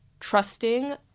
trusting